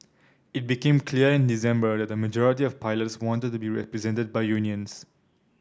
it became clear in December that a majority of pilots wanted to be represented by unions